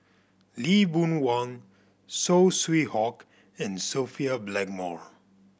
Lee Boon Wang Saw Swee Hock and Sophia Blackmore